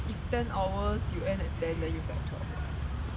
cause if ten hours you end at ten then you start at twelve [what]